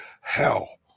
Hell